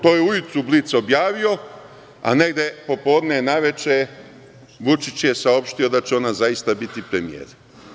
To je ujutru „Blic“ objavio, a negde popodne naveče Vučić je saopštio da će ona zaista biti premijer.